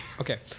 Okay